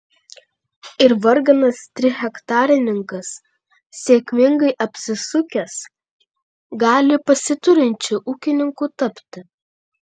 ir varganas trihektarininkas sėkmingai apsisukęs gali pasiturinčiu ūkininku tapti